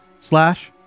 slash